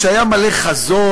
שהיה מלא חזון,